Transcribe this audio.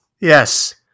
yes